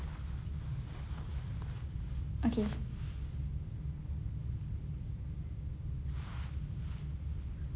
okay